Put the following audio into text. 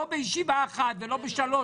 לא בישיבה אחת ולא בשלוש,